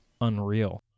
unreal